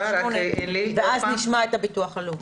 ואז נשמע הביטוח הלאומי.